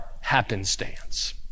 happenstance